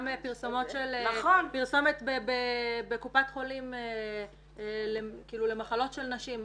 גם פרסומת בקופת חולים למחלות של נשים,